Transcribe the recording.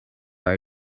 are